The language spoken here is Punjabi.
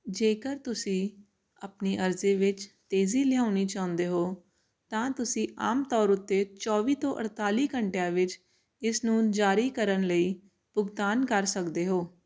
ਜੇਕਰ ਤੁਸੀਂ ਆਪਣੀ ਅਰਜ਼ੀ ਵਿੱਚ ਤੇਜ਼ੀ ਲਿਆਉਣੀ ਚਾਹੁੰਦੇ ਹੋ ਤਾਂ ਤੁਸੀਂ ਆਮ ਤੌਰ ਉੱਤੇ ਚੌਵੀ ਤੋਂ ਅਠਤਾਲੀ ਘੰਟਿਆਂ ਵਿੱਚ ਇਸ ਨੂੰ ਜਾਰੀ ਕਰਨ ਲਈ ਭੁਗਤਾਨ ਕਰ ਸਕਦੇ ਹੋ